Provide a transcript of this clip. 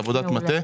עבודת מטה,